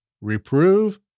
Reprove